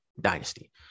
dynasty